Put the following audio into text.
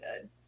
good